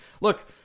look